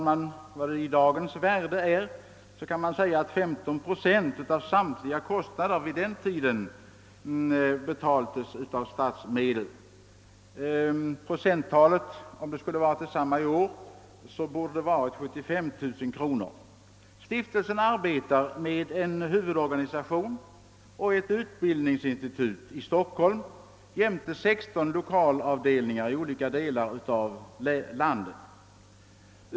Man kan säga att 15 procent av samtliga kostnader för stiftelsen 1963 betalades med statsmedel, och om motsvarande skulle gälla i dag borde beloppet vara 75 000 kronor. Stiftelsen arbetar med en huvudorganisation och ett utbildningsinstitut i Stockholm jämte 16 lokalavdelningar i olika delar av landet.